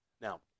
Now